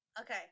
Okay